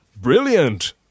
brilliant